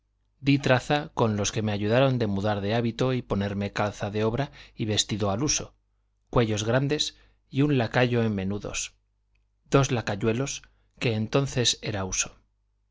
traza con los que me ayudaron de mudar de hábito y ponerme calza de obra y vestido al uso cuellos grandes y un lacayo en menudos dos lacayuelos que entonces era uso